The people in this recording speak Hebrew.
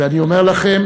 ואני אומר לכם,